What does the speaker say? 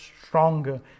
stronger